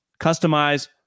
Customize